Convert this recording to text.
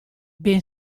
bin